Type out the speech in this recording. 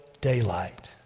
daylight